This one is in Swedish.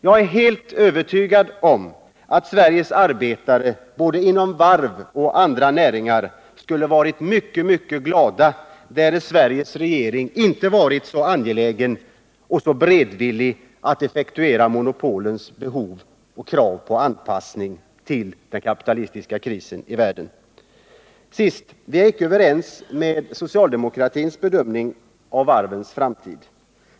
Jag är helt övertygad om att Sveriges arbetare, både inom varvsindustrin och andra näringar, skulle ha varit mycket, mycket glada därest Sveriges regering inte varit så angelägen och så beredvillig att effektuera monopolens beställningar och tillgodose kraven på anpassning till den kapitalistiska krisen i världen. Vi delar inte socialdemokratins bedömning av varvens framtid.